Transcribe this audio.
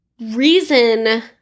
reason